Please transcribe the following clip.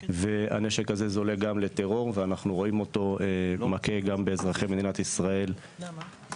הנשק הזה זולג גם לטרור ואנחנו רואים אותו מכה באזרחי מדינת ישראל כנשק.